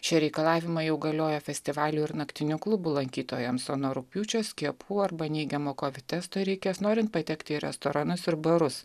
šie reikalavimai jau galioja festivalių ir naktinių klubų lankytojams o nuo rugpjūčio skiepų arba neigiamo kovid testo reikės norint patekti į restoranus ir barus